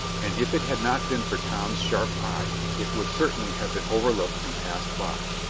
and if it had not been for tom's sharp eyes, it would certainly have been overlooked and passed by.